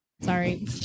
Sorry